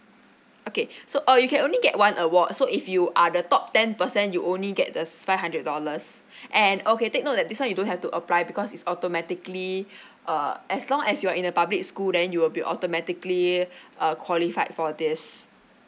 okay so uh you can only get one award so if you are the top ten percent you only get the s~ five hundred dollars and okay take note that this one you don't have to apply because it's automatically uh as long as you are in the public school then you will be automatically uh qualified for this